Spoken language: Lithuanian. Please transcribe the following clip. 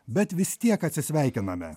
bet vis tiek atsisveikiname